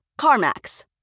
CarMax